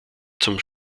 zum